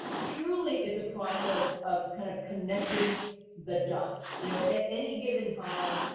truly, it's a process of kind of connecting the dots, you know. at at any given time,